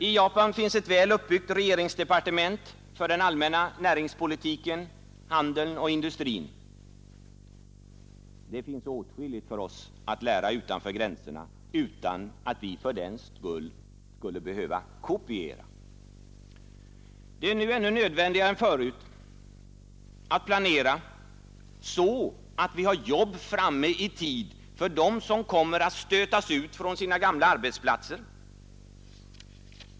I Japan finns ett väl uppbyggt regeringsdepartement för den allmänna näringspolitiken, han Vi har åtskilligt att lära utanför gränserna, utan att vi fördenskull behövde kopiera. Det är nu än mer nödvändigt att planera så, att vi har jobb framme i tid för dem som kommer att stötas ut från sina gamla arbetsplatser.